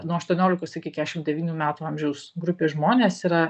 nuo aštuoniolikos iki keturiasdešim devynių metų amžiaus grupėj žmonės yra